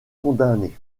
condamné